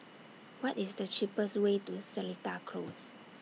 What IS The cheapest Way to Seletar Close